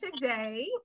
today